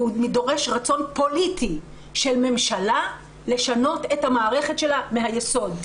והוא דורש רצון פוליטי של ממשלה לשנות את המערכת שלה מהיסוד.